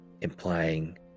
Implying